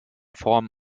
form